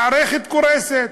מערכת קורסת.